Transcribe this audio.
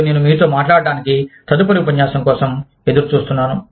మరియు నేను మీతో మాట్లాడటానికి తదుపరి ఉపన్యాసం కోసం ఎదురు చూస్తున్నాను